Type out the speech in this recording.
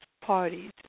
parties